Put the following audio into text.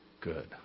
good